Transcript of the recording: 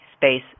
space